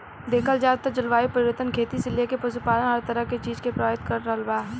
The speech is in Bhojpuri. देखल जाव त जलवायु परिवर्तन खेती से लेके पशुपालन हर तरह के चीज के प्रभावित कर रहल बा